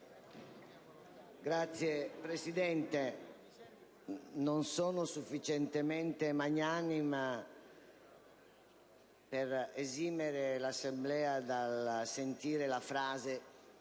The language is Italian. Signor Presidente, non sono sufficientemente magnanima per esimere l'Assemblea dal sentire la frase